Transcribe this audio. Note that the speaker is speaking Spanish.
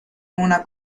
una